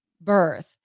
birth